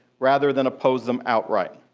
rather than opposing them, outright.